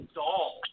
doll